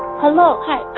hello. hi,